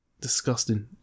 Disgusting